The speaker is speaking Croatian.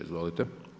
Izvolite.